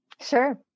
Sure